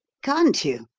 can't you?